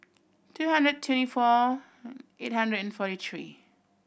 two hundred twenty four eight hundred and forty three